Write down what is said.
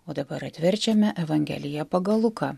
o dabar atverčiame evangeliją pagal luką